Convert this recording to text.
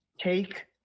take